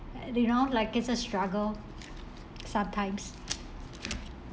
at the round like it's a struggle sometimes